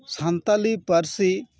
ᱥᱟᱱᱛᱟᱲᱤ ᱯᱟᱹᱨᱥᱤ